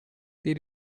did